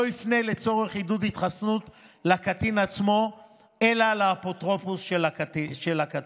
לא יפנה לצורך עידוד התחסנות לקטין עצמו אלא לאפוטרופוס של הקטין.